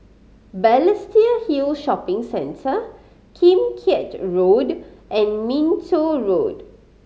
Balestier Hill Shopping Centre Kim Keat Road and Minto Road